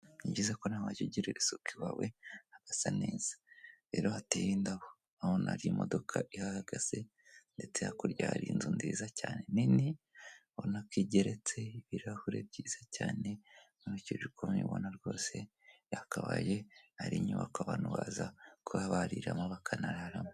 Ni byiza ko nawe wajya ugirira isuku iwawe hagasa neza. Rero hateye indabo aho hari n'imodoka ihahagaze ndetse hakurya hari inzu nziza cyane nini ubona ko igeretse ibirahure byiza cyane, nkurikije uko nyibona rwose yakabaye ari inyubako abantu baza kuba bariramo bakanararamo.